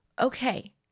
Okay